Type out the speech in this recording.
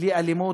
בלי אלימות,